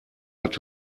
hat